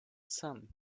some